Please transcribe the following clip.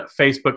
Facebook